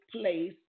place